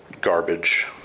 garbage